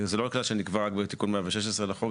הוא לא רק כלל שנקבע בתיקון 116 לחוק,